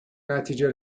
نتیجه